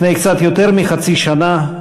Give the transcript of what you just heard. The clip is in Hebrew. לפני קצת יותר מחצי שנה,